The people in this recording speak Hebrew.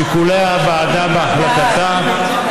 שיקולי הוועדה בהחלטתה,